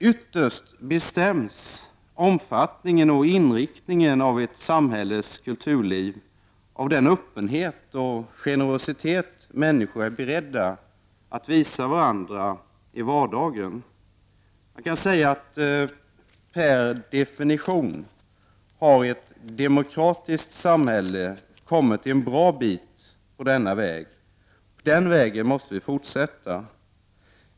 Ytterst bestäms omfattningen och inriktningen av ett samhälles kulturliv av den öppenhet och generositet som människor är beredda att visa varandra i vardagen. Jag kan säga att per definition har ett demokratiskt samhälle kommit en bra bit på denna väg, och på den vägen måste vi fortsätta.